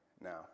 now